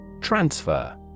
Transfer